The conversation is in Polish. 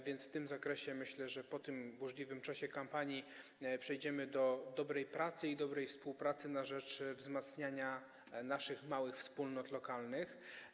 Myślę, że w tym zakresie po tym burzliwym czasie kampanii przejdziemy do dobrej pracy i dobrej współpracy na rzecz wzmacniania naszych małych wspólnot lokalnych.